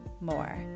more